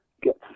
get